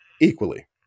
equally